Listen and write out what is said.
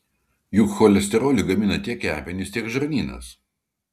juk cholesterolį gamina tiek kepenys tiek žarnynas